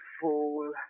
fool